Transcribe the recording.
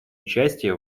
участие